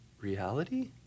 reality